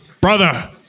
Brother